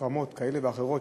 החרמות כאלה ואחרות,